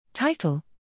Title